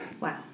Wow